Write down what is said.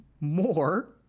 more